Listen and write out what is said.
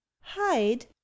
hide